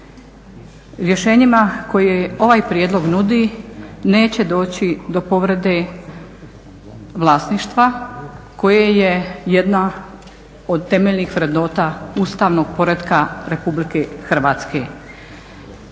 Rješenjima koje ovaj prijedlog nudi neće doći do povrede vlasništva koje je jedna od temeljnih vrednota ustavnog poretka Republike Hrvatske.